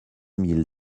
mille